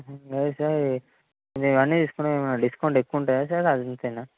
అదే సార్ మేము అన్నీ తీసుకున్నాం ఏమన్న డిస్కౌంట్ ఎక్కువ ఉంటాయా సార్ అది అంతేనా